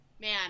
man